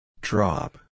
Drop